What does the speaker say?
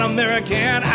American